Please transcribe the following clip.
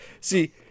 See